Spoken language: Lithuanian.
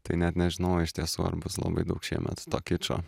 tai net nežinau iš tiesų ar bus labai daug šiemet to kičo